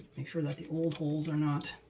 make sure that the old holes are not